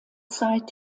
zeit